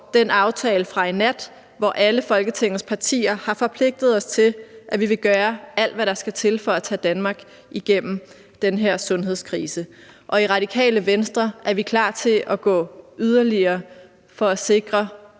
den aftale fra i nat, hvor alle Folketingets partier har forpligtet sig til, at vi vil gøre alt, hvad der skal til, for at tage Danmark igennem den her sundhedskrise. I Radikale Venstre er vi klar til at gå yderligere for at sikre